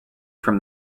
from